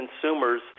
consumers